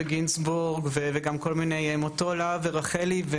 וגינזבורג וגם מוטולה ורחלי,